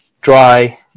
dry